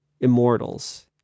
Immortals